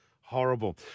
Horrible